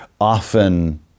often